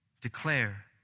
declare